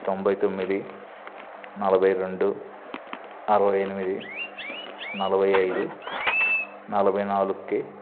తొంభై తొమ్మిది నలభై రెండు అరవై ఎనిమిది నలభై ఐదు నలభై నాలుగుకి